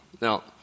Now